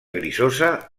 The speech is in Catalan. grisosa